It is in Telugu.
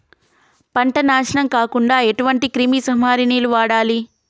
పంట నాశనం కాకుండా ఎటువంటి క్రిమి సంహారిణిలు వాడాలి?